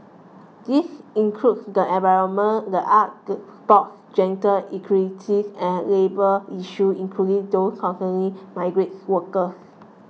these include the environment the arts sports gender equality and labour issue including those concerning migrant workers